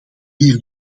hier